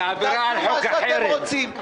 תעשו מה שאתם רוצים.